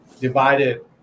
divided